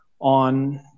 on